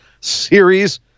series